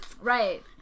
Right